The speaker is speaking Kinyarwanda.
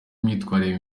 imyitwarire